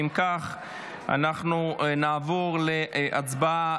אם כך, אנחנו נעבור להצבעה